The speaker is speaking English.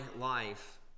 life